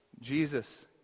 Jesus